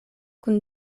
kun